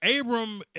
Abram